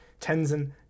Tenzin